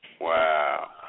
Wow